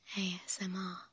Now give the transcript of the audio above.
ASMR